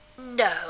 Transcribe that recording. No